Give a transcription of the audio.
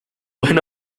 went